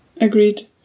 Agreed